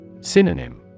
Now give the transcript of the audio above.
Synonym